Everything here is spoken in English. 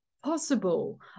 Possible